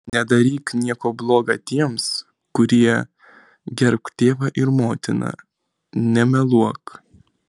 nedaryk nieko bloga tiems kurie gerbk tėvą ir motiną nemeluok